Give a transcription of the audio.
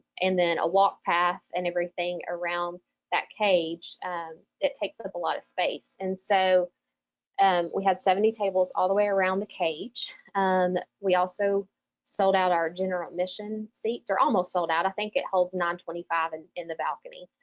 and then a walk path and everything around that cage it takes up a lot of space and so and we had seventy tables all the way around the cage. and we also sold out our general admission seats, they are almost sold out. i think it holds around twenty five and in the balcony.